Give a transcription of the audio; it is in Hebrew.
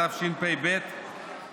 התשפ"ב 2021,